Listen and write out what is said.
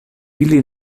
ili